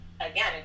again